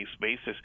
basis